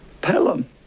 Pelham